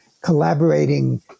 collaborating